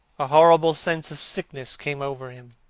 a horrible sense of sickness came over him.